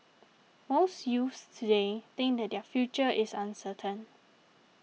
most youths today think that their future is uncertain